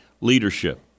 leadership